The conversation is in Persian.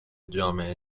جامعه